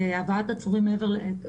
עכשיו,